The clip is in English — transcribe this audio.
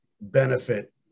benefit